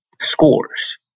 scores